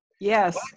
Yes